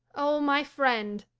oh, my friend!